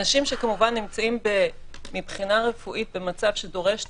אנשים שנמצאים מבחינה רפואית במצב שדורש טיפול,